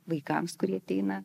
vaikams kurie ateina